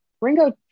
Ringo